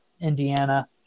Indiana